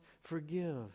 forgive